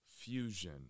fusion